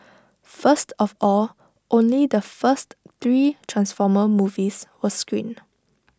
first of all only the first three transformer movies were screened